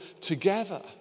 together